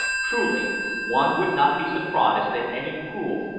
truly one would not be surprised at any cruel,